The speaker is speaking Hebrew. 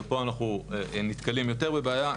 ופה אנחנו נתקלים יותר בבעיה,